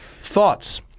Thoughts